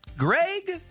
Greg